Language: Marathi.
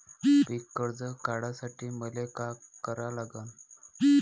पिक कर्ज काढासाठी मले का करा लागन?